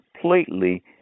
completely